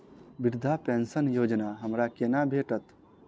वृद्धा पेंशन योजना हमरा केना भेटत?